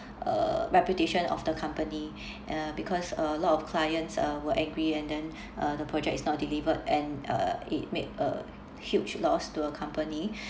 uh reputation of the company uh because a lot of clients uh were angry and then uh the project is not delivered and uh it made a huge loss to a company